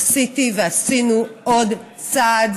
עשיתי ועשינו עוד צעד